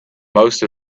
most